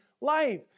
life